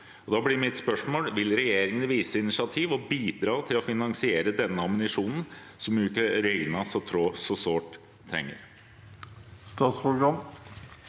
Da blir mitt spørsmål: Vil regjeringen vise initiativ og bidra til å finansiere denne ammunisjonen som Ukraina så sårt trenger?